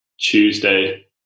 tuesday